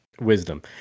wisdom